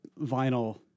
vinyl